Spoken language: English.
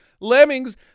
Lemmings